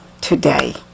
today